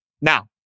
Now